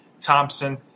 thompson